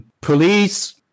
Police